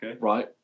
Right